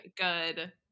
good